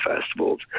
festivals